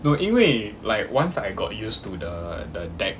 no 因为 like once I got used to the the deck